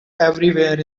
everywhere